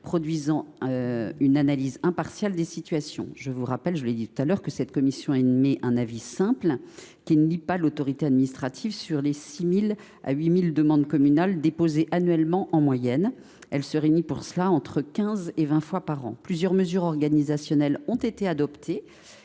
produisant une analyse impartiale des situations. Je vous rappelle en effet que cette commission émet un avis simple, qui ne lie pas l’autorité administrative, sur les 6 000 à 8 000 demandes communales déposées en moyenne chaque année. Elle se réunit pour cela entre quinze et vingt fois par an. Plusieurs mesures organisationnelles ont été prises